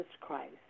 Christ